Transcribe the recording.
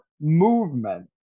movement